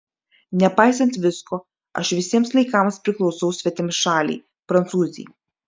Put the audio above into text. nepaisant visko aš visiems laikams priklausau svetimšalei prancūzei